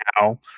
now